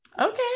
Okay